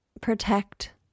protect